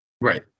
Right